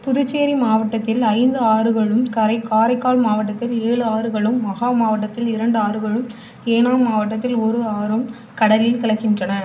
புதுச்சேரி மாவட்டத்தில் ஐந்து ஆறுகளும் காரைக் காரைக்கால் மாவட்டத்தில் ஏழு ஆறுகளும் மகா மாவட்டத்தில் இரண்டு ஆறுகளும் ஏனாம் மாவட்டத்தில் ஒரு ஆறும் கடலில் கலக்கின்றன